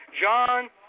John